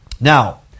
Now